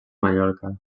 mallorca